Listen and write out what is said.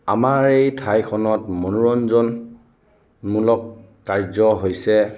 আমাৰ এই ঠাইখনত মনোৰঞ্জনমূলক কাৰ্য্য হৈছে